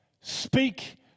Speak